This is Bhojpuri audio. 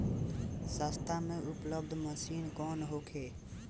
सस्ता में उपलब्ध मशीन कौन होखे?